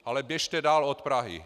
Ale běžte dál od Prahy.